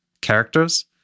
characters